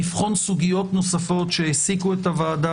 לבחון סוגיות נוספות שהעסיקו את הוועדה